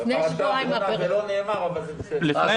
לפני שבועיים זה היה בראשית.